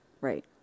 Right